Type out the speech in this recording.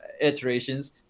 iterations